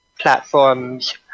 platforms